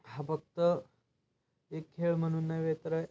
हा फक्त एक खेळ म्हणून नव्हे तर